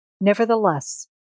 Nevertheless